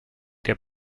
der